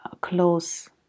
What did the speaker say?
close